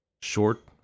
Short